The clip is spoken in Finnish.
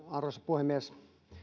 arvoisa puhemies